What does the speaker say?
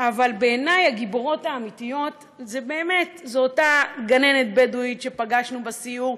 אבל בעיני הגיבורות האמיתיות זו באמת אותה גננת בדואית שפגשנו בסיור,